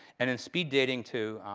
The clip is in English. and in speed dating, too,